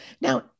Now